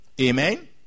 Amen